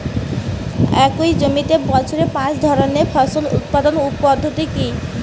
একই জমিতে বছরে পাঁচ ধরনের ফসল উৎপাদন পদ্ধতি কী?